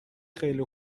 خیلی